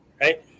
right